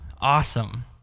Awesome